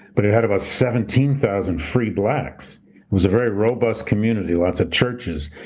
but it had about seventeen thousand free blacks. it was a very robust community, lots of churches,